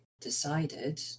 decided